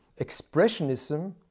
expressionism